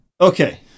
Okay